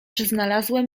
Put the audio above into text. znalazłem